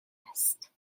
است